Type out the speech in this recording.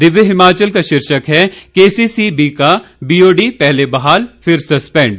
दिव्य हिमाचल का शीर्षक है केसीसीबी का बीओडी पहले बहाल फिर सस्पेंड